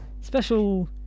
Special